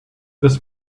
this